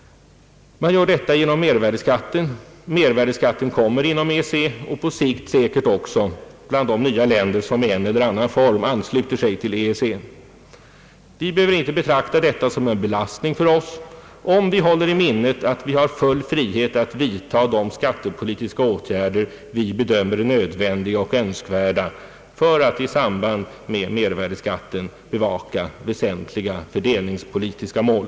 Man gör detta genom mervärdeskatten. Den kommer inom EEC, och på sikt säkert också bland de nya länder som i en eller annan form ansluter sig till EEC. Vi behöver inte betrakta detta som en belastning för oss om vi håller i minnet, att vi har full frihet att vidta de skattepolitiska åtgärder vi bedömer som nödvändiga och önskvärda för att i samband med mervärdeskatten bevaka väsentliga fördelningspolitiska mål.